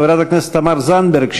חברת הכנסת תמר זנדברג,